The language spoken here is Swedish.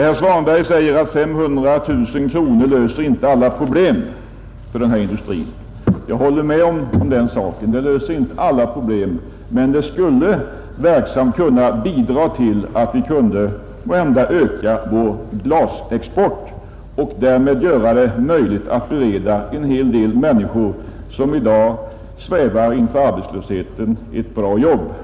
Herr Svanberg säger att 500 000 kronor inte löser alla problem för denna industri. Jag håller med om detta. Det löser inte alla problem, men det skulle verksamt bidra till att vi måhända kunde öka vår glasexport och därmed göra det möjligt att bereda en hel del människor, som i dag har hotet om arbetslöshet svävande över sig, ett bra jobb.